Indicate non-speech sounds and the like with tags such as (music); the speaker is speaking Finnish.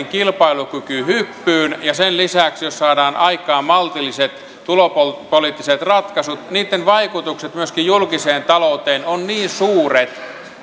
(unintelligible) kilpailukykyhyppyyn ja sen lisäksi jos saadaan aikaan maltilliset tulopoliittiset ratkaisut niitten vaikutukset myöskin julkiseen talouteen ovat niin suuret